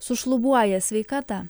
sušlubuoja sveikata